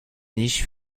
niches